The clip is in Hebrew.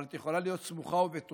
אבל את יכולה להיות סמוכה ובטוחה